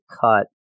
cut